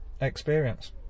experience